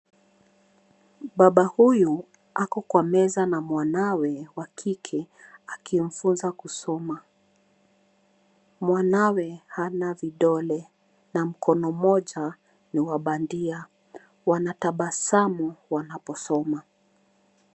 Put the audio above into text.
Baba huyu ako kwa meza na mwanawe wa kike akimfunza kusoma. Mwanawe hana vidole na mkono mmoja ni wa bandia. Wanatabasamu wanaposoma.